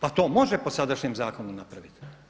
Pa to može po sadašnjem zakonu napraviti.